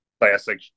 classic